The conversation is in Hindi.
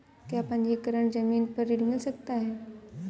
क्या पंजीकरण ज़मीन पर ऋण मिल सकता है?